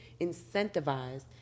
incentivized